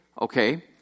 okay